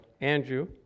Andrew